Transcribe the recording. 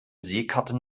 seekarte